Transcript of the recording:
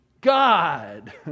God